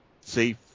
safe